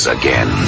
again